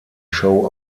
show